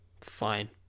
fine